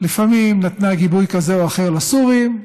לפעמים נתנה גיבוי כזה או אחר לסורים,